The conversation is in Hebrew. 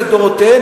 לדורותיהן,